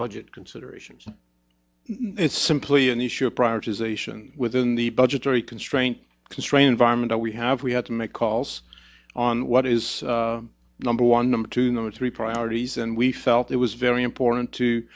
budget considerations it's simply an issue or priorities ation within the budgetary constraints constrain environment or we have we had to make calls on what is number one number two number three priorities and we felt it was very important to